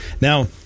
Now